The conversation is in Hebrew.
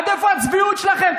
עד איפה הצביעות שלכם.